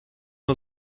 nur